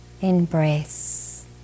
embrace